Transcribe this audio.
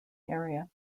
area